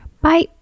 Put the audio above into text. Bye